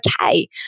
okay